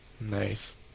Nice